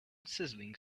sizzling